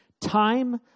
Time